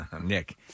Nick